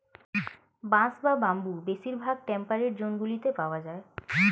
বাঁশ বা বাম্বু বেশিরভাগ টেম্পারেট জোনগুলিতে পাওয়া যায়